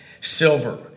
silver